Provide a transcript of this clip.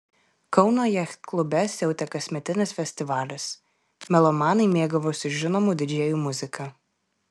kauno jachtklube siautė kasmetinis festivalis melomanai mėgavosi žinomų didžėjų muzika